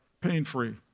pain-free